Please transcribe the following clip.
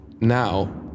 now